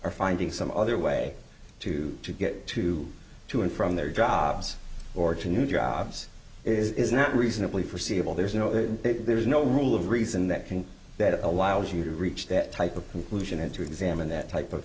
are finding some other way to get to to and from their jobs or to new jobs is not reasonably forseeable there's no there's no rule of reason that can that allows you to reach that type of conclusion and to examine that type of